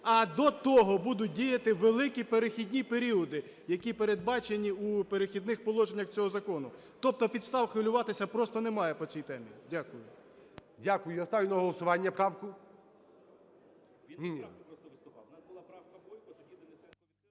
А до того будуть діяти великі перехідні періоди, які передбачені у "Перехідних положеннях" цього закону. Тобто підстав хвилюватися просто немає по цій темі. Дякую. ГОЛОВУЮЧИЙ. Я ставлю на голосування правку…